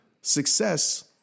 success